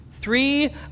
Three